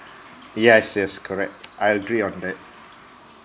yes yes correct I agree on that